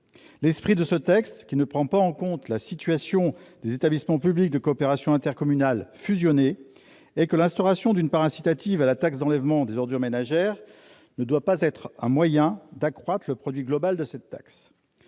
L'esprit de ce texte, qui ne prend pas en compte la situation des établissements publics de coopération intercommunale fusionnés, est que l'instauration d'une part incitative de la taxe d'enlèvement des ordures ménagères, ou TEOM, ne doit pas être un moyen d'accroître le produit global de cette taxe.